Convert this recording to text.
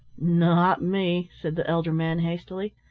not me, said the elder man hastily.